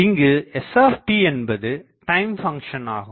இங்கு s என்பது time function ஆகும்